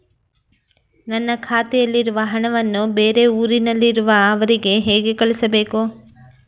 ನನ್ನ ಖಾತೆಯಲ್ಲಿರುವ ಹಣವನ್ನು ಬೇರೆ ಊರಿನಲ್ಲಿರುವ ಅವರಿಗೆ ಹೇಗೆ ಕಳಿಸಬೇಕು?